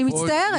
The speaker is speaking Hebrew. אני מצטערת.